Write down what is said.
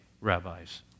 rabbis